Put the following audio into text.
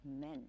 men